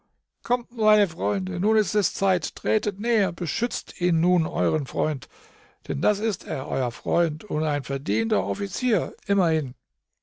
kommt meine freunde nun ist es zeit tretet näher beschützt ihn nun euren freund denn das ist er euer freund und ein verdienter offizier immerhin